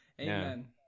Amen